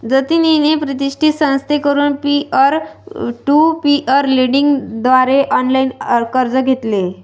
जतिनने प्रतिष्ठित संस्थेकडून पीअर टू पीअर लेंडिंग द्वारे ऑनलाइन कर्ज घेतले